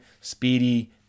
speedy